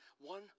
one